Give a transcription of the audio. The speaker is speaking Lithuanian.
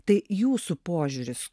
tai jūsų požiūris